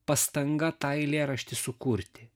pastanga tą eilėraštį sukurti